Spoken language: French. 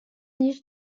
niche